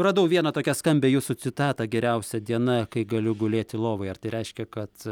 radau vieną tokią skambią jūsų citatą geriausia diena kai galiu gulėti lovoje ar tai reiškia kad